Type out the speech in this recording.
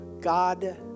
God